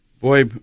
boy